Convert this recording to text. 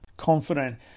confident